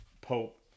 Pope